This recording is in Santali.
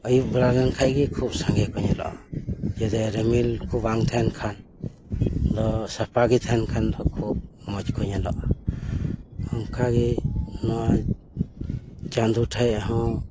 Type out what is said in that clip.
ᱟᱭᱩᱵ ᱵᱮᱲᱟ ᱞᱮᱱ ᱠᱷᱟᱱ ᱜᱮ ᱠᱷᱩᱵ ᱥᱟᱸᱜᱮ ᱠᱚ ᱧᱮᱞᱚᱜᱼᱟ ᱡᱮᱞᱮ ᱨᱤᱢᱤᱞ ᱠᱚ ᱵᱟᱝ ᱛᱟᱦᱮᱱ ᱠᱷᱟᱱ ᱫᱚ ᱥᱟᱯᱷᱟ ᱜᱮ ᱛᱟᱦᱮᱱ ᱠᱷᱟᱱ ᱫᱚᱠᱚ ᱢᱚᱡᱽ ᱠᱚ ᱧᱮᱞᱚᱜᱼᱟ ᱚᱱᱠᱟᱜᱮ ᱱᱚᱣᱟ ᱪᱟᱸᱫᱳ ᱴᱷᱮᱱ ᱦᱚᱸ